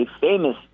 famous